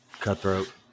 cutthroat